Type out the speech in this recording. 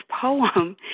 poem